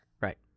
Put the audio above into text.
right